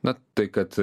na tai kad